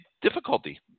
difficulty